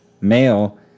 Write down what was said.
male